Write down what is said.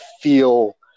feel